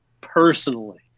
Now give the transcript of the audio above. personally